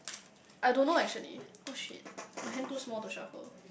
I don't know actually oh shit my hand too small to shuffle